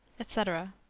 etc.